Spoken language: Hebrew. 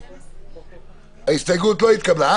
הצבעה ההסתייגות לא התקבלה.